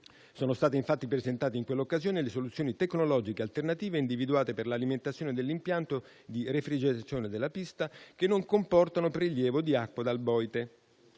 Sono state infatti presentate, in quella occasione, le soluzioni tecnologiche alternative individuate per l'alimentazione dell'impianto di refrigerazione della pista, che non comportano prelievo di acqua dal Boite.